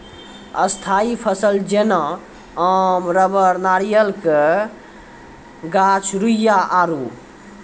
स्थायी फसल जेना आम रबड़ नारियल के गाछ रुइया आरु